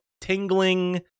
tingling